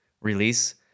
release